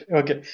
okay